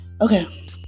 Okay